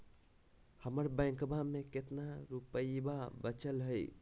हमर बैंकवा में कितना रूपयवा बचल हई?